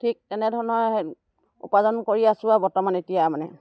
ঠিক তেনেধৰণৰেই উপাৰ্জন কৰি আছোঁ আৰু বৰ্তমান এতিয়া মানে